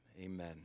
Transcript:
Amen